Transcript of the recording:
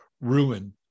ruin